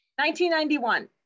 1991